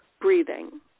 breathing